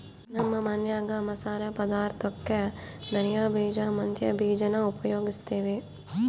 ನಮ್ಮ ಮನ್ಯಾಗ ಮಸಾಲೆ ಪದಾರ್ಥುಕ್ಕೆ ಧನಿಯ ಬೀಜ, ಮೆಂತ್ಯ ಬೀಜಾನ ಉಪಯೋಗಿಸ್ತೀವಿ